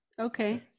Okay